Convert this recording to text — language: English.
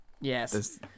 Yes